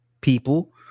people